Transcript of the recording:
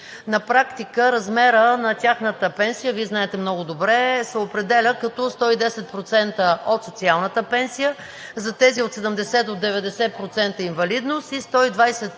На практика размерът на тяхната пенсия, Вие знаете много добре, се определя като 110% от социалната пенсия, за тези от 70 до 90% инвалидност, и 120%